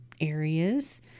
areas